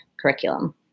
curriculum